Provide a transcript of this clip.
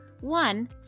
One